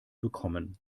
bekommen